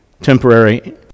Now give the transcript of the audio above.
temporary